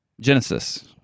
Genesis